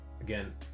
again